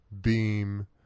beam